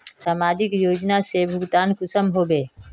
समाजिक योजना से भुगतान कुंसम होबे?